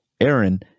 aaron